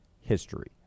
history